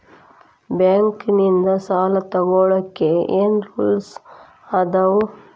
Bank ನಿಂದ್ ಸಾಲ ತೊಗೋಳಕ್ಕೆ ಏನ್ ರೂಲ್ಸ್ ಅದಾವ?